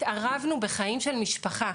התערבנו בחיים של משפחה,